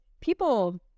people